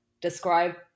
describe